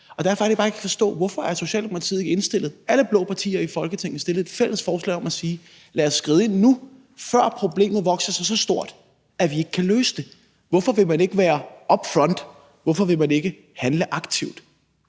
og derfor er det, jeg bare ikke kan forstå, hvorfor Socialdemokratiet ikke er indstillet på det. Alle blå partier i Folketinget fremsatte et fælles forslag om at sige: Lad os skride ind nu, før problemet vokset sig så stort, at vi ikke kan løse det. Hvorfor vil man ikke være upfront? Hvorfor vil man ikke handle aktivt?